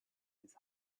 his